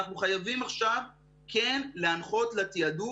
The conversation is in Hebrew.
אנחנו חייבים עכשיו כן להנחות לתעדוף,